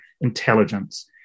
intelligence